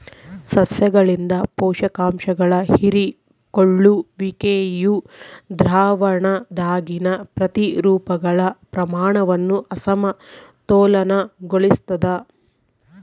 ಸಸ್ಯಗಳಿಂದ ಪೋಷಕಾಂಶಗಳ ಹೀರಿಕೊಳ್ಳುವಿಕೆಯು ದ್ರಾವಣದಾಗಿನ ಪ್ರತಿರೂಪಗಳ ಪ್ರಮಾಣವನ್ನು ಅಸಮತೋಲನಗೊಳಿಸ್ತದ